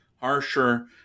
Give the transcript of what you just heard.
harsher